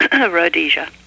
rhodesia